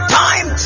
time